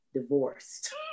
divorced